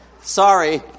sorry